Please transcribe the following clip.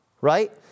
Right